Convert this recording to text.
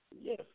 Yes